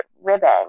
ribbon